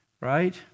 right